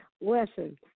Listen